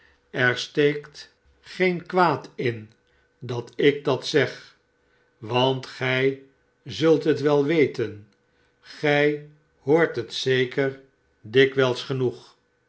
er steekt geen kwaad a dankbaarheid van dolly jegens joe in dat ik dat zeg want gij zult het wel weten gij hoort hetzeker dikwijls genoeg